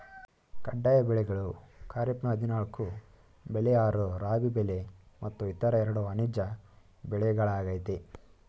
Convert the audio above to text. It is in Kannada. ಕಡ್ಡಾಯ ಬೆಳೆಗಳು ಖಾರಿಫ್ನ ಹದಿನಾಲ್ಕು ಬೆಳೆ ಆರು ರಾಬಿ ಬೆಳೆ ಮತ್ತು ಇತರ ಎರಡು ವಾಣಿಜ್ಯ ಬೆಳೆಗಳಾಗಯ್ತೆ